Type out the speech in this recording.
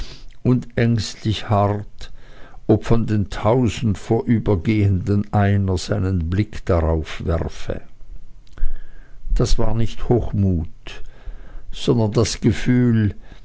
und ängstlich harrt ob von den tausend vorübergehenden einer seinen blick darauf werfe das war nicht hochmut sondern das gefühl